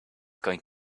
going